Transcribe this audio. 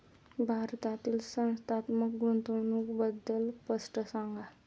भारतातील संस्थात्मक गुंतवणूक बद्दल स्पष्ट सांगा